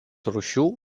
rūšių